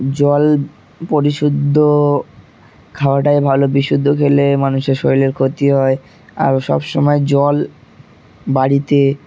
জল পরিশুদ্ধ খাওয়াটাই ভালো বিশুদ্ধ খেলে মানুষের শরীরের ক্ষতি হয় আরও সব সমময় জল বাড়িতে